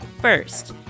first